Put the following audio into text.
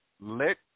let